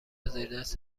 زیردست